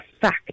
fact